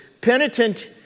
penitent